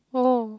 oh